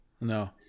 No